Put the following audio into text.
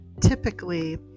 typically